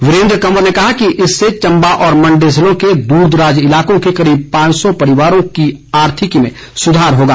वीरेंद्र कंवर ने कहा कि इससे चंबा और मंडी जिलों के दूरदराज इलाकों के करीब पांच सौ परिवारों की आर्थिकी में सुधार होगा